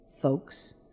folks